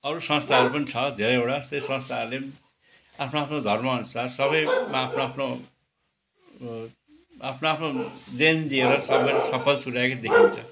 अरू संस्थाहरू पनि छ धेरैवटा ती संस्थाहरूले पनि आफ्नो आफ्नो धर्म अनुसार सबेको आफ्नो आफ्नो आफ्नो आफ्नो देन दिएर सबै सफल तुल्याएको देखिन्छ